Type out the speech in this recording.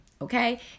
okay